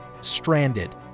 stranded